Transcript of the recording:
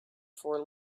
four